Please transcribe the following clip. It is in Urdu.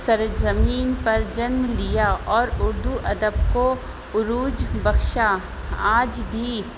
سرزمین پر جنم لیا اور اردو ادب کو عروج بخشا آج بھی